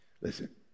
listen